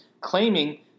claiming